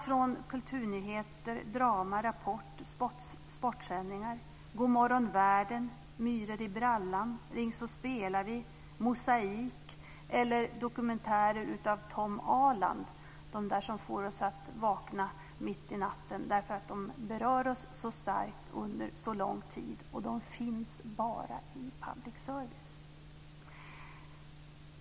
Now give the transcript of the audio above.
Det ska finnas kulturnyheter, drama, Rapport, sportsändningar, Godmorgon världen, Myror i brallan, Ring så spelar vi, Mosaik eller dokumentärer av Tom Alandh - de där som får oss att vakna mitt i natten därför att de berör oss så starkt under så lång tid, och de finns bara i public service.